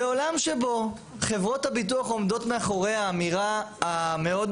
בעולם שבו חברות הביטוח עומדות מאחורי האמירה המאוד